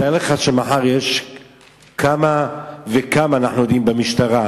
תאר לך שמחר יש כמה וכמה, אנחנו יודעים במשטרה,